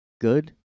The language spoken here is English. good